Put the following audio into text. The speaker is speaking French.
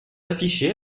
affichés